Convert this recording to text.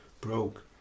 broke